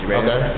okay